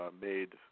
made